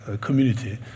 community